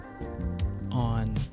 on